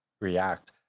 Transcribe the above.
react